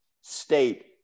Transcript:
state